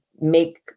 make